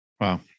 Wow